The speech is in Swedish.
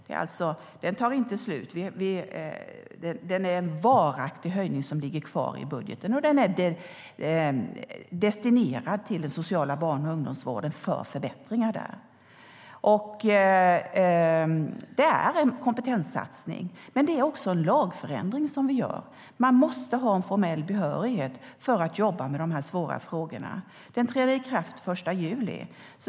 Satsningen tar alltså inte slut, utan detta är en varaktig höjning som ligger kvar i budgeten. Den är destinerad till den sociala barn och ungdomsvården för förbättringar där. Det är en kompetenssatsning, men det är också en lagförändring som vi gör. Man måste ha formell behörighet för att jobba med dessa svåra frågor. Satsningen träder i kraft den 1 juli.